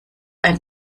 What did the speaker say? ein